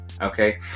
okay